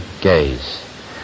gaze